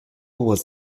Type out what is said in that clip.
was